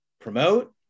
promote